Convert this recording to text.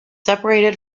separated